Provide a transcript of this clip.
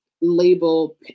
label